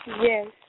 Yes